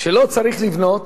שלא צריך לבנות,